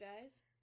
guys